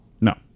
No